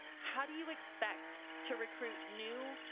how do you expect to recruit new,